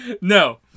No